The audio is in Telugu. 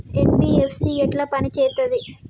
ఎన్.బి.ఎఫ్.సి ఎట్ల పని చేత్తది?